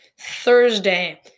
Thursday